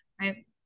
right